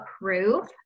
approve